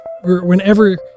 whenever